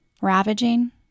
ravaging